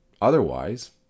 Otherwise